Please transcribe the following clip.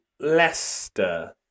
Leicester